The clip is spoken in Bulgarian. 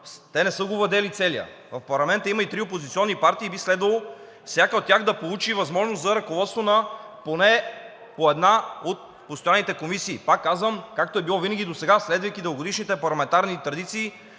те не са го овладели целия. В парламента има и три опозиционни партии и би следвало всяка от тях да получи възможност за ръководство на поне по една от постоянните комисии. Пак казвам, както е било винаги досега, следвайки дългогодишните парламентарни традиции,